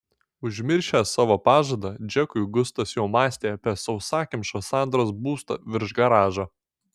užmiršęs savo pažadą džekui gustas jau mąstė apie sausakimšą sandros būstą virš garažo